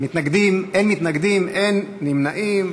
אין מתנגדים, אין נמנעים.